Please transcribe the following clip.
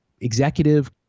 executive